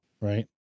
right